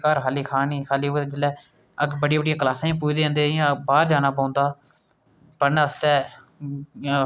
परदा जेह्दे च दस्सेआ जंदा ऐ कि कुसै म्हल्लै च इक्क मकन होंदा ऐ ते उत्थें उंदे दरोआज़ै च परदा टंगे दा रौहंदा ऐ